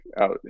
out